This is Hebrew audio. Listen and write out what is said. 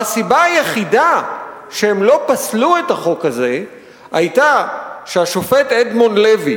והסיבה היחידה שהם לא פסלו את החוק הזה היתה שהשופט אדמונד לוי,